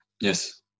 Yes